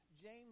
James